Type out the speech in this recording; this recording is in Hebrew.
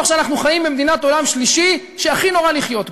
שאנחנו חיים במדינת עולם שלישי שהכי נורא לחיות בה.